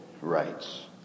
rights